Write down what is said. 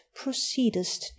proceedest